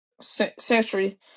Century